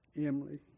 Emily